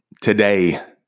today